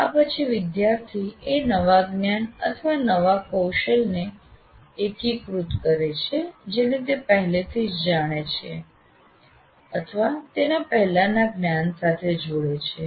આ પછી વિદ્યાર્થી એ નવા જ્ઞાન અથવા નવા કૌશલને એકીકૃત કરે છે જેને તે પહેલેથી જ જાણે છે અથવા તેના પહેલાના જ્ઞાન સાથે જોડે છે